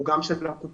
הוא גם של הקופות.